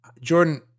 Jordan